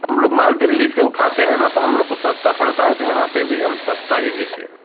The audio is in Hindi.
हम लोग माल दिल्ली से उठाते हैं ना तो हम लोग को सस्ता पड़ता है तो यहाँ पर भी हम सस्ता ही देते हैं